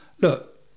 look